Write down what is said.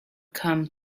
come